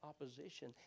opposition